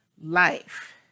life